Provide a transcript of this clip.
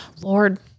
Lord